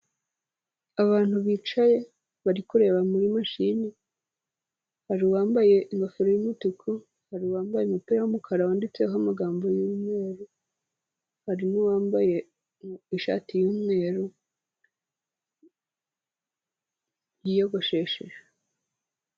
Abantu bicaye bari kureba muri mashini, hari uwambaye ingofero y'umutuku, hari uwambaye umupira w'umukara wanditseho amagambo y'umweru, hari n'uwambaye ishati y'umweru, yiyogosheshe.